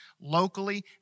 locally